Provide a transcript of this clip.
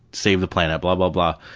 save the planet, blah blah blah.